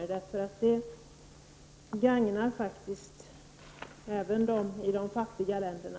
Detta skulle även gagna människor i de fattiga länderna.